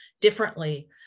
differently